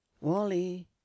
Wally